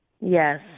Yes